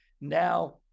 now